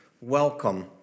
welcome